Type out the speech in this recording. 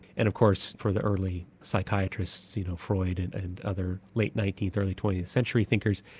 and of course for the early psychiatrists, you know, freud and and other late nineteenth, early twentieth century thinkers,